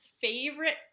favorite